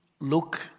look